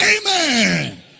Amen